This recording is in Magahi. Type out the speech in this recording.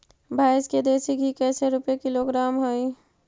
भैंस के देसी घी कैसे रूपये किलोग्राम हई?